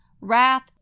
wrath